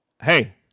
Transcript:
Hey